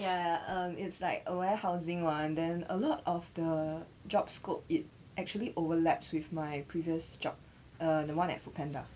ya ya um it's like a warehousing [one] then a lot of the job scope it actually overlaps with my previous job or uh the one at foodpanda